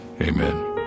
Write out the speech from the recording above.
Amen